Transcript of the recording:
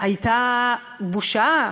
הייתה בושה.